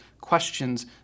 questions